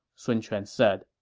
sun quan said